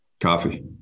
Coffee